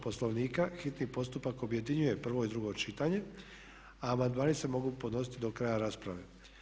Poslovnika hitni postupak objedinjuje prvo i drugo čitanje a amandmani se mogu podnositi do kraja rasprave.